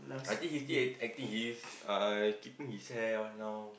I think he still acting he is uh he's keeping his hair right now